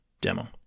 demo